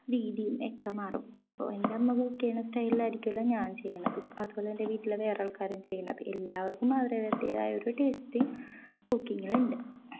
രീതിയും ഒക്കെ മാറും ഇപ്പോൾ എൻ്റെ അമ്മ കുക്ക ചെയ്യുന്ന സ്റ്റൈലിൽ ആയിരിക്കില്ല ഞാൻ ചെയ്യുന്നത് അതുപോലെ എൻ്റെ വീട്ടിൽ വേറെ ആൾക്കാരും ചെയ്യുന്നത് എല്ലാവർക്കും അവരവരുടേതായ ഒരു ടേസ്റ്റ് കുക്കിങ്ങിൽ ഉണ്ട്